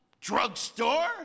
drugstore